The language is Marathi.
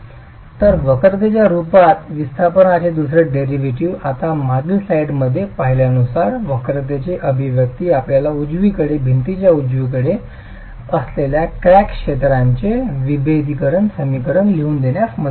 तर वक्रतेच्या रूपात विस्थापनाचे दुसरे डेरिव्हेटिव्ह आता मागील स्लाइडमध्ये पाहिल्यानुसार वक्रतेचे अभिव्यक्ती आपल्याला उजवीकडे भिंतीच्या उजवीकडे असलेल्या क्रॅक क्षेत्राचे विभेदक समीकरण लिहून देण्यास मदत करेल